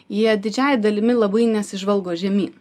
jie didžiąja dalimi labai nesižvalgo žemyn